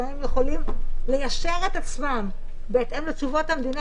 והאם הם יכולים ליישר את עצמם בהתאם לתשובות המדינה